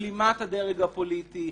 בלימת הדרג הפוליטי,